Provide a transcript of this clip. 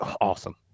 Awesome